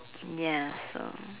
ya so